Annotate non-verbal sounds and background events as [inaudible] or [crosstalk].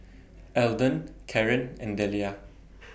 Eldon Caren and Delia [noise]